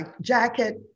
jacket